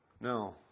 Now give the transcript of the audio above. No